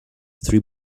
three